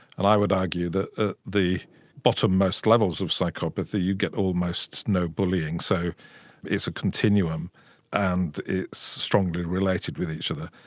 and i would argue that at ah the bottom-most levels of psychopathy you get almost no bullying. so it's a continuum and it's strongly related with each other.